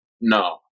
No